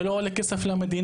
זה לא עולה כסף למדינה,